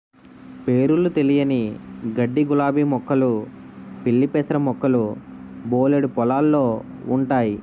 పేరులు తెలియని గడ్డిగులాబీ మొక్కలు పిల్లిపెసర మొక్కలు బోలెడు పొలాల్లో ఉంటయి